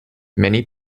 many